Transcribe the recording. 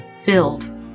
filled